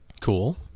Cool